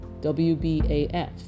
WBAF